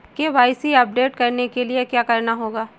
KYC update करने के लिए क्या करना होगा?